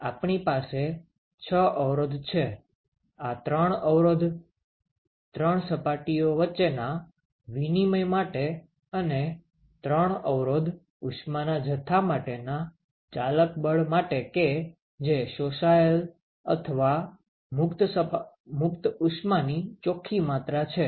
તેથી આપણી પાસે 6 અવરોધ છે આ ત્રણ અવરોધ ત્રણ સપાટીઓ વચ્ચેના વિનિમય માટે અને 3 અવરોધ ઉષ્માના જથ્થા માટેના ચાલક બળ માટે કે જે શોષાયેલ અથવા મુક્ત ઉષ્માની ચોખ્ખી માત્રા છે